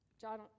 John